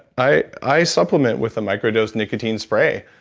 i supplement with a micro does nicotine spray,